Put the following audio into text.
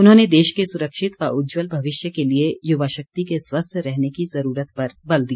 उन्होंने देश के सुरक्षित व उज्जवल भविष्य के लिए युवा शक्ति के स्वस्थ रहने की ज़रूरत पर बल दिया